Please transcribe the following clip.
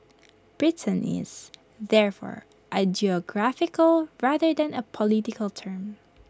Britain is therefore A geographical rather than A political term